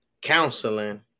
counseling